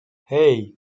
hey